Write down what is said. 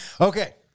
Okay